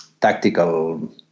tactical